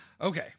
Okay